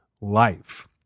life